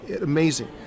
amazing